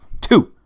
Two